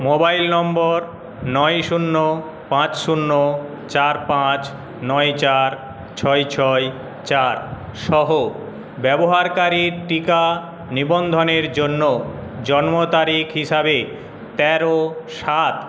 mobile নম্বর নয় শূন্য পাঁচ শূন্য চার পাঁচ নয় চার ছয় ছয় চার সহ ব্যবহারকারীর টিকা নিবন্ধনের জন্য জন্ম তারিখ হিসাবে তেরো সাত